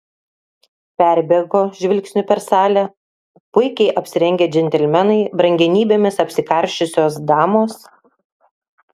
perbėgo žvilgsniu per salę puikiai apsirengę džentelmenai brangenybėmis apsikarsčiusios damos